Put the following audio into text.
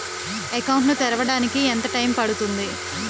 Account ను తెరవడానికి ఎంత టైమ్ పడుతుంది?